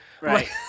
Right